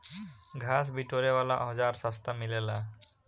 घास बिटोरे वाला औज़ार सस्ता मिलेला